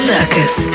Circus